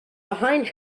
behind